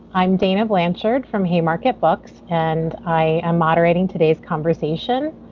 i'm dana blanchard from haymarket books and i am moderating today's conversation,